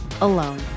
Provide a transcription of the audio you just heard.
alone